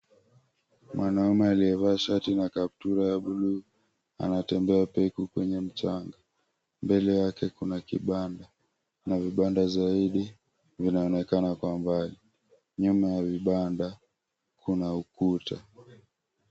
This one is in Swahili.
Mwanaume aliyevaa shati na kaptura ya buluu anatembea peku kwenye mchanga, mbele yake kuna vibanda zaidi nyuma ya vibanda kuna ukuta.